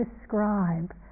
describe